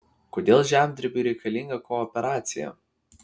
kodėl žemdirbiui reikalinga kooperacija